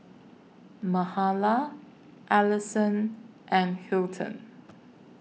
Mahala Alisson and Hilton